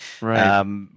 right